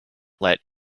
let